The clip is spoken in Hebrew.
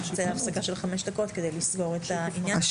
יכול להיות שנצא להפסקה של חמש דקות כדי לסגור את העניין הזה.